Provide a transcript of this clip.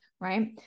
right